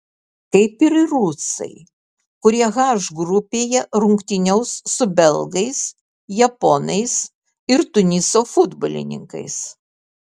kaip ir rusai kurie h grupėje rungtyniaus su belgais japonais ir tuniso futbolininkais